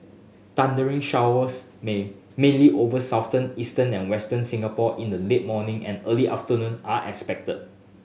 thundery showers main mainly over Southern Eastern and Western Singapore in the late morning and early afternoon are expected